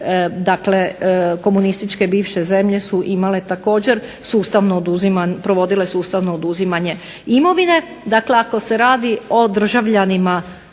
dakle komunističke bivše zemlje su imale također sustavno oduziman, provodile sustavno oduzimanje imovine. Dakle, ako se radi o državljanima